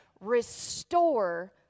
restore